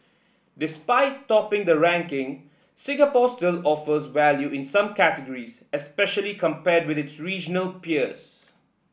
despite topping the ranking Singapore still offers value in some categories especially compared with its regional peers